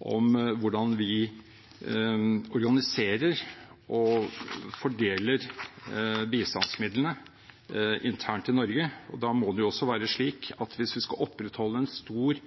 om hvordan vi organiserer og fordeler bistandsmidlene internt i Norge. Da må det også være slik at vi hvis vi skal opprettholde en stor,